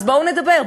אז בואו נדבר,